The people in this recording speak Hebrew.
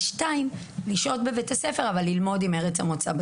14:00 לשהות בבית הספר אבל ללמוד ב-זום עם ארץ המוצא.